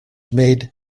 made